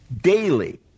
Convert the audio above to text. daily